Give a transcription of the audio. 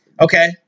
Okay